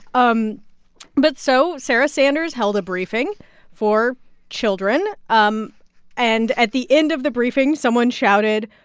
um but so sarah sanders held a briefing for children. um and at the end of the briefing, someone shouted,